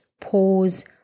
pause